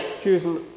choosing